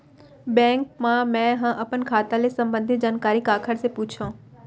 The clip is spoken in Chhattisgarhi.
बैंक मा मैं ह अपन खाता ले संबंधित जानकारी काखर से पूछव?